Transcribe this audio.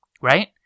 right